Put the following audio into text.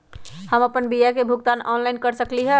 हम अपन बीमा के भुगतान ऑनलाइन कर सकली ह?